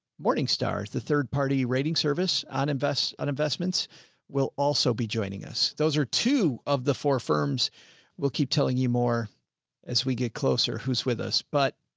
morningstar's the third party rating service on invest and investments will also be joining us. those are two of the four firms will keep telling you more as we get closer who's with us, but.